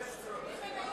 למה 15?